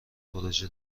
پروژه